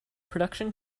production